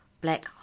black